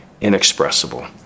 inexpressible